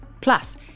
Plus